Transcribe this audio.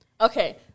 Okay